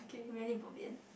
really bo pian